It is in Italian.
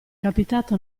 capitata